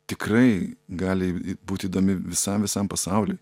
tikrai gali būt įdomi visam visam pasauliui